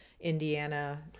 Indiana